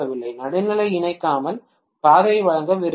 நடுநிலையை இணைக்காமல் பாதையை வழங்க விரும்பினால்